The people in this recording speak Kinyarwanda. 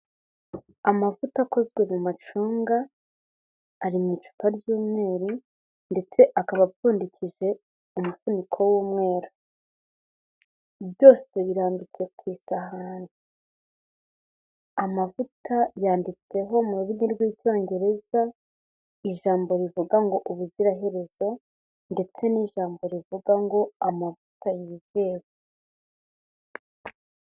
Amavuta akozwe mu macunga, ari mu icupa ry'umweru ndetse akaba apfundikije umufuniko w'umweru, byose birambitse ku isahani, amavuta yanditseho mu rurimi rw'Icyongereza ijambo rivuga ngo: Ubuziraherezo, ndetse n'ijambo rivuga ngo: Amavuta yizewe.